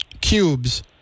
cubes